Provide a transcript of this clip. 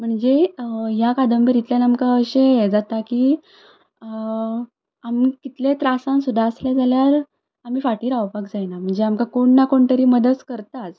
म्हणजे ह्या कादंबरींतल्यान आमकां अशें हें जाता की आमी कितल्याय त्रासान सुद्दां आसले जाल्यार आमी फाटीं रावपाक जायना म्हणजे आमकां कोण ना कोण तरी मदत करताच